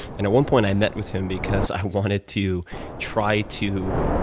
and at one point, i met with him because i wanted to try to